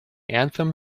anthem